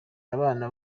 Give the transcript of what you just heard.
abana